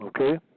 Okay